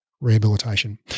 Rehabilitation